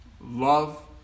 love